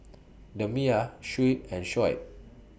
Damia Shuib and Shoaib